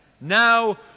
Now